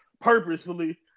purposefully